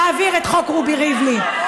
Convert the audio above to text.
להעביר את חוק רובי ריבלין.